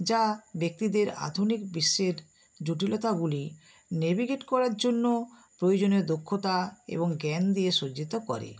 যা ব্যক্তিদের আধুনিক বিশ্বের জটিলতাগুলি নেভিগেট করার জন্য প্রয়োজনীয় দক্ষতা এবং জ্ঞান দিয়ে সজ্জিত করে